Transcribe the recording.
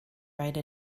write